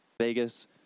Vegas